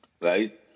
right